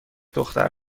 دختر